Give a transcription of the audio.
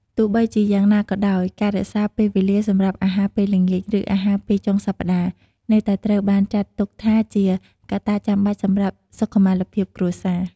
ទោះបីជាយ៉ាងណាក៏ដោយ ការរក្សាពេលវេលាសម្រាប់អាហារពេលល្ងាច ឬអាហារពេលចុងសប្តាហ៍ នៅតែត្រូវបានចាត់ទុកថាជាកត្តាចាំបាច់សម្រាប់សុខុមាលភាពគ្រួសារ។